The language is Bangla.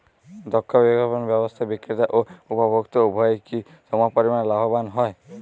দক্ষ বিপণন ব্যবস্থায় বিক্রেতা ও উপভোক্ত উভয়ই কি সমপরিমাণ লাভবান হয়?